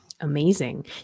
Amazing